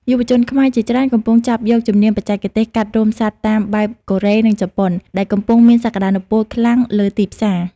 យុវជនខ្មែរជាច្រើនកំពុងចាប់យកជំនាញបច្ចេកទេសកាត់រោមសត្វតាមបែបកូរ៉េ និងជប៉ុន ដែលកំពុងមានសក្ដានុពលខ្លាំងលើទីផ្សារ។